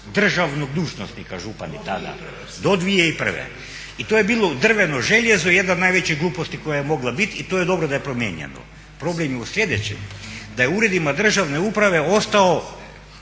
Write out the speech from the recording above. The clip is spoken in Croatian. državnog dužnosnika župani tada, do 2001. I to je bilo drveno željezo, jedna od najvećih gluposti koja je mogla biti i to je dobro da je promijenjeno. Problem je u sljedećem, da je uredima državne uprave ostao